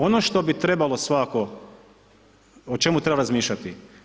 Ono što bi trebalo svakako, o čemu treba razmišljati?